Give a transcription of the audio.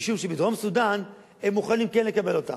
משום שבדרום-סודן הם מוכנים כן לקבל אותם.